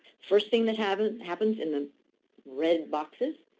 first thing that happens happens in the red boxes,